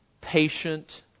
patient